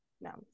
no